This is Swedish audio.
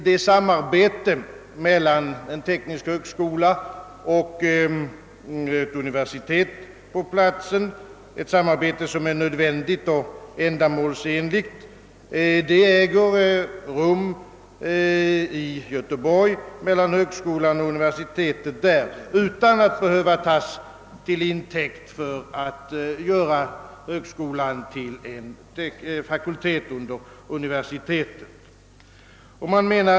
Det samarbete mellan en teknisk högskola och ett universitet som förekommer i Göteborg är nödvändigt och ändamålsenligt men behöver inte tagas till intäkt för att göra högskolan till en fakultet under universitetet.